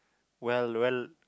well well